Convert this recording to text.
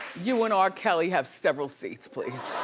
you and r. kelly have several seats please.